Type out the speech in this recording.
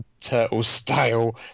turtle-style